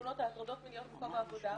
בתלונות על הטרדות מיניות במקום העבודה.